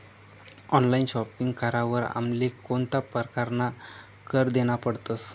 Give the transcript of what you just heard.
Online shopping करावर आमले कोणता परकारना कर देना पडतस?